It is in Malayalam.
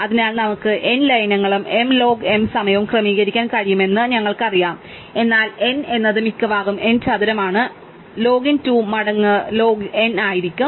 അതിനാൽ നമുക്ക് n ലയനങ്ങളും m ലോഗ് m സമയവും ക്രമീകരിക്കാൻ കഴിയുമെന്ന് ഞങ്ങൾക്കറിയാം എന്നാൽ n എന്നത് മിക്കവാറും n ചതുരമാണ് അതിനാൽ ലോഗിൻ 2 മടങ്ങ് ലോഗ് n ആയിരിക്കും